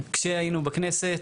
כשהיינו בכנסת,